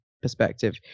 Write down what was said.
perspective